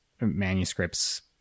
manuscripts